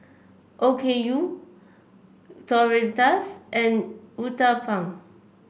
Okayu Tortillas and Uthapam